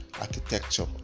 architecture